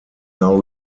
now